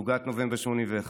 את פלוגת נובמבר 1981,